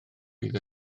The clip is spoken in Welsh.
bydd